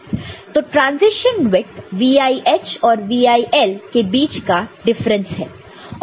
तो transition width VIH और VIL के बीच का डिफरेंस है